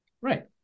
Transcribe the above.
Right